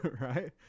right